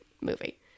movie